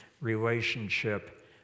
relationship